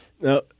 Now